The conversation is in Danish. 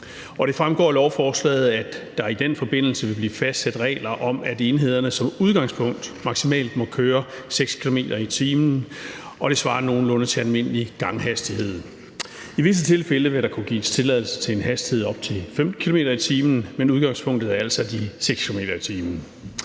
det fremgår af lovforslaget, at der i den forbindelse vil blive fastsat regler om, at enhederne som udgangspunkt maksimalt må køre 6 km/t. Det svarer nogenlunde til almindelig ganghastighed. I visse tilfælde vil der kunne gives tilladelse til en hastighed på op til 15 km/t., men udgangspunktet er altså de 6 km/t.